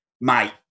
Mate